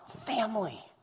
family